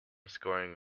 scoring